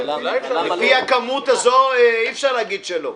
לפי הכמות הזו אי אפשר להגיד שלא.